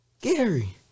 Gary